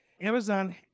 Amazon